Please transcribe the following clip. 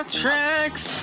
tracks